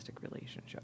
relationship